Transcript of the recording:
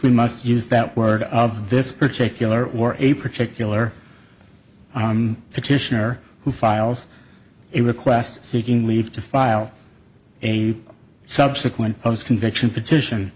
we must use that word of this particular or a particular on petitioner who files a request seeking leave to file a subsequent of his conviction petition